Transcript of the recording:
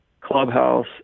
clubhouse